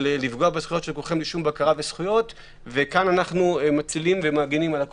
לפגוע בזכויות של כולכם בלי שום בקרה וכאן אנחנו מצילים ומגנים על כולם.